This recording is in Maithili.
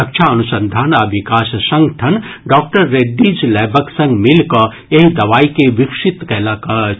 रक्षा अनुसंधान आ विकास संगठन डॉक्टर रेड्डीज लैबक संग मीलि कऽ एहि दवाई के विकसित कयलक अछि